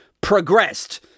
progressed